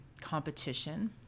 competition